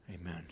Amen